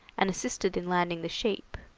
and assisted in landing the sheep.